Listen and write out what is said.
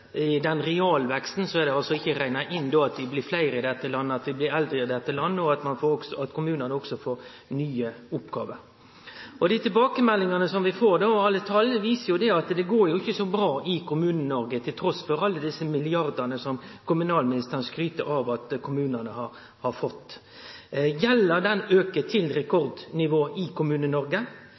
vi blir fleire i dette landet, at vi blir eldre i dette landet, og at kommunane også får nye oppgåver. Dei tilbakemeldingane vi får, og alle tal, viser at det går ikkje så bra i Kommune-Noreg trass i desse milliardane som kommunalministeren skryter av at kommunane har fått. Gjelda aukar til rekordnivå i